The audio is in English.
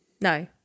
no